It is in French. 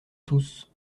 tous